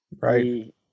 right